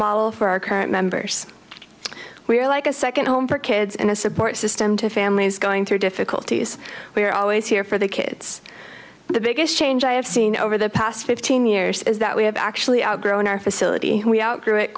model for our current members we are like a second home for kids and a support system to families going through difficulties we are always here for the kids the biggest change i have seen over the past fifteen years is that we have actually outgrown our facility and we outgrew it